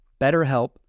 BetterHelp